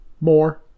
more